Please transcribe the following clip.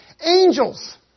Angels